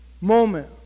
moment